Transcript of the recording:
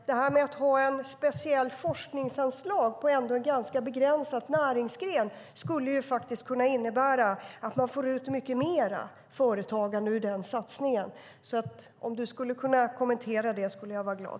Det här med att ha ett speciellt forskningsanslag för en ganska begränsad näringsgren skulle faktiskt kunna innebära att man får ut mycket mer företagande ur den satsningen. Om du kunde kommentera det skulle jag vara glad.